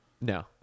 no